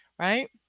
Right